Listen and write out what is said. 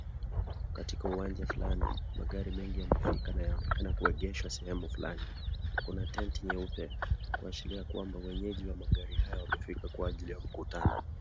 Katika uwanja fulani, magari mengi yamefika na yanaonekana kuegeshwa sehemu fulani; kuna tent nyeupe, kuashiria kwamba wenyeji wa magari hayo wamefika kwa ajili ya mkutano.